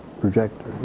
projector